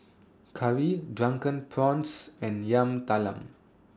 Curry Drunken Prawns and Yam Talam